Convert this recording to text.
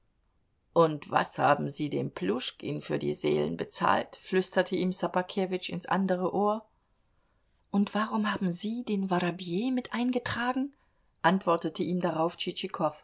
und was haben sie dem pljuschkin für die seelen bezahlt flüsterte ihm ssobakewitsch ins andere ohr und warum haben sie den worobej mit eingetragen antwortete ihm darauf